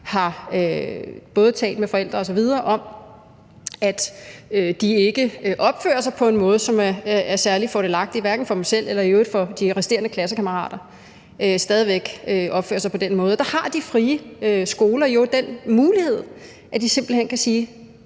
har talt med forældre osv. om, at de ikke opfører sig på en måde, som er særlig fordelagtig, hverken for dem selv eller i øvrigt for de resterende klassekammerater, stadig væk opfører sig på den måde. Der har de frie skoler jo den mulighed, at de simpelt hen kan sige: